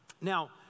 Now